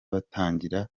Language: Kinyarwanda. batangira